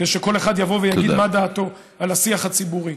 כאשר כל אחד יבוא ויגיד מה דעתו על השיח הציבורי.